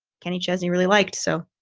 kenny chesney really liked so